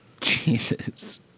Jesus